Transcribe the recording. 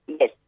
Yes